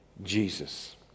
Jesus